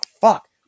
fuck